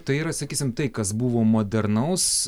tai yra sakysim tai kas buvo modernaus